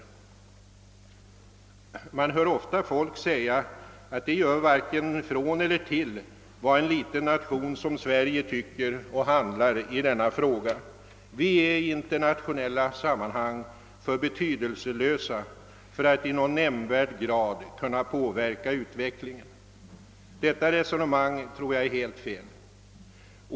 Man hör ofta folk säga, att det gör varken från eller till hur en liten nation som Sverige tycker och handlar i denna fråga; vi är i internationella sammanhang för betydelselösa för att i någon nämnvärd grad kunna påverka utvecklingen. Detta resonemang tror jag är helt felaktigt.